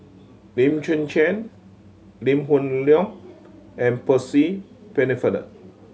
Lim Chwee Chian Lee Hoon Leong and Percy Pennefather